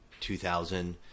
2000